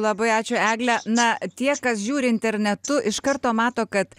labai ačiū egle na tie kas žiūri internetu iš karto mato kad